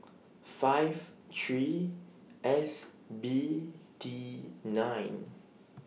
five three S B D nine